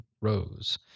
Rose